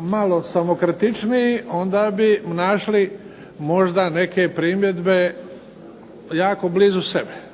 malo samokritičniji onda bi našli možda samo neke primjedbe jako blizu sebe.